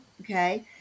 okay